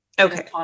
okay